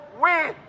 win